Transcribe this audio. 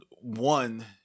one